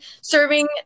serving